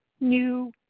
new